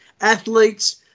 athletes